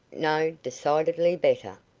no decidedly better.